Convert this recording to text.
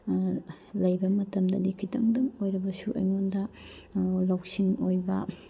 ꯂꯩꯕ ꯃꯇꯝꯗꯗꯤ ꯈꯤꯇꯪꯗꯪ ꯑꯣꯏꯔꯕꯁꯨ ꯑꯩꯉꯣꯟꯗ ꯂꯧꯁꯤꯡ ꯑꯣꯏꯕ